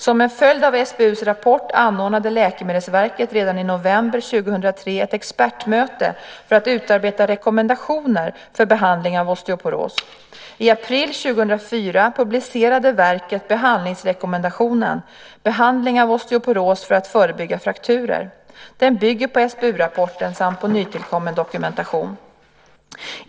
Som en följd av SBU:s rapport anordnade Läkemedelsverket redan i november 2003 ett expertmöte för att utarbeta rekommendationer för behandling av osteoporos. I april 2004 publicerade verket behandlingsrekommendationen Behandling av osteoporos för att förebygga frakturer . Den bygger på SBU-rapporten samt på nytillkommen dokumentation.